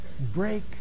break